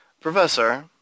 Professor